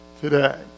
today